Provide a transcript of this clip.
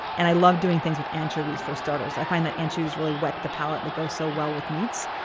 and i love doing things with anchovies for starters. i find that anchovies really whet the palate that goes so well with meats.